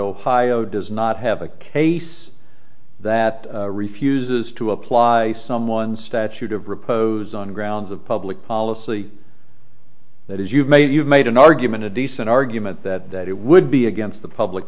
ohio does not have a case that refuses to apply some one statute of repose on grounds of public policy that is you've made you've made an argument a decent argument that it would be against the public